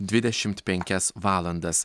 dvidešimt penkias valandas